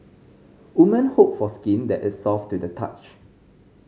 woman hope for skin that is soft to the touch